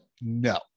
No